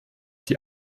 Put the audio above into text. die